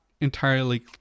entirely